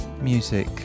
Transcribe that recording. music